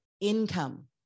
income